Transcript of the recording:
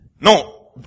No